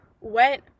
went